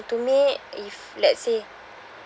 to me if let's say